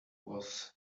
was